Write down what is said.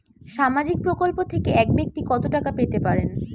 সামাজিক প্রকল্প থেকে এক ব্যাক্তি কত টাকা পেতে পারেন?